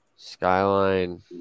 Skyline